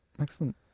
Excellent